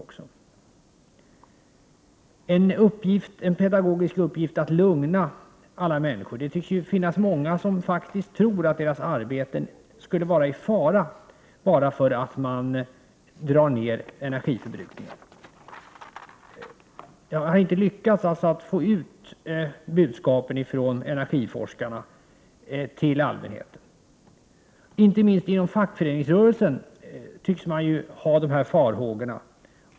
Det är en pedagogisk uppgift att lugna alla människor. Det tycks ju finnas många som tror att deras arbeten skulle vara i fara bara för att man drar ner energiförbrukningen. Vi har alltså inte lyckats få ut budskapen från energiforskarna till allmänheten. Inte minst inom fackföreningsrörelsen tycks man hysa de här farhågorna.